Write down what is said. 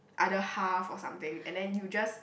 other half or something and then you just